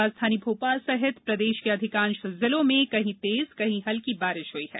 राजधानी भोपाल सहित प्रदेष के अधिकांष जिलों में कहीं तेज कहीं हल्की बारिष हुई हैं